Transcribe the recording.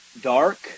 dark